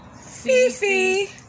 Fifi